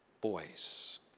boys